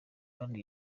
kandi